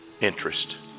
interest